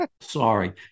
Sorry